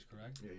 correct